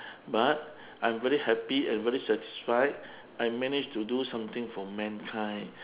but I'm very happy and very satisfied I managed to do something for mankind